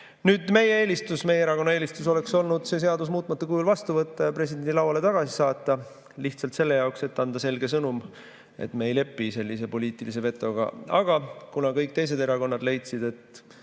president seadust. Meie erakonna eelistus oleks olnud see seadus muutmata kujul vastu võtta ja presidendi lauale tagasi saata, lihtsalt selle jaoks, et anda selge sõnum: me ei lepi sellise poliitilise vetoga. Aga kuna kõik teised erakonnad leidsid, et